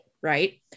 right